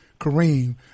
Kareem